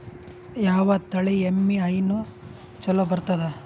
ಯಾವ ತಳಿ ಎಮ್ಮಿ ಹೈನ ಚಲೋ ಬರ್ತದ?